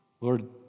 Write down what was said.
Lord